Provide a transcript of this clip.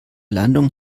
landung